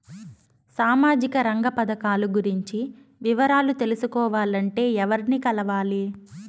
సామాజిక రంగ పథకాలు గురించి వివరాలు తెలుసుకోవాలంటే ఎవర్ని కలవాలి?